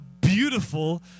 beautiful